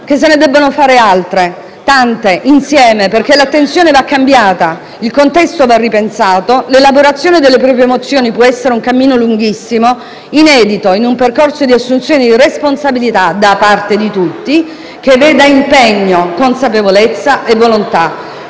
che se ne debbano fare altre, tante, insieme, perché l'attenzione va cambiata, il contesto va ripensato, l'elaborazione delle proprie emozioni può essere un cammino lunghissimo, inedito, in un percorso di assunzione di responsabilità che veda impegno, consapevolezza e volontà,